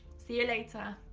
see you later.